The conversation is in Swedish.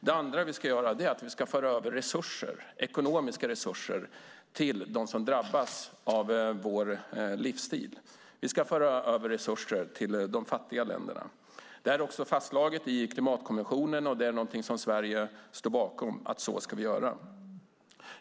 Det andra vi ska göra är att föra över ekonomiska resurser till dem som drabbas av vår livsstil. Vi ska föra över resurser till de fattiga länderna. Det är också fastslaget i klimatkonventionen, och det är någonting som Sverige står bakom att vi ska göra.